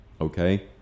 Okay